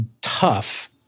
tough